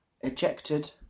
ejected